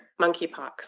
monkeypox